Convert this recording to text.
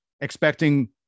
expecting